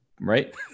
right